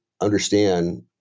understand